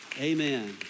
Amen